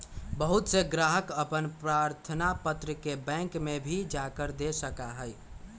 बहुत से ग्राहक अपन प्रार्थना पत्र के बैंक में भी जाकर दे सका हई